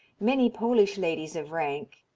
many polish ladies of rank,